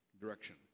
direction